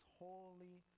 holy